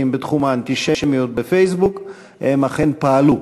בתחום האנטישמיות בפייסבוק הם אכן פעלו.